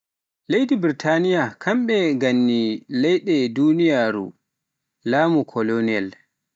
Leydi Burtaniya kanɓe ganna ni leyde duniyaaru laamu koloñaal